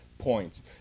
points